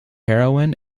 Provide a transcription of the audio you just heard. heroin